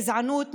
גזענות,